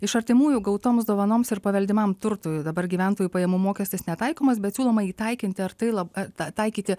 iš artimųjų gautoms dovanoms ir paveldimam turtui dabar gyventojų pajamų mokestis netaikomas bet siūloma jį taikinti ar tai lab tą taikyti